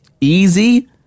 easy